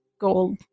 gold